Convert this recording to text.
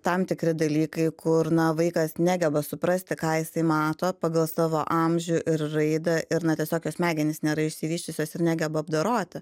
tam tikri dalykai kur na vaikas negeba suprasti ką jisai mato pagal savo amžių ir raidą ir na tiesiog jo smegenys nėra išsivysčiusios ir negeba apdoroti